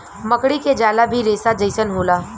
मकड़ी के जाला भी रेसा जइसन होला